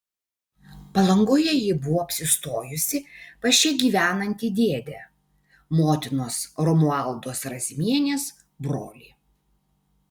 palangoje ji buvo apsistojusi pas čia gyvenantį dėdę motinos romualdos razmienės brolį